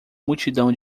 multidão